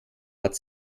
hat